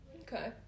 Okay